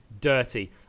dirty